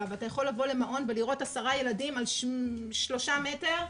ואתה יכול לבוא למעון ולראות עשרה ילדים על שלושה מטר,